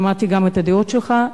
שמעתי גם את הדעות שלך.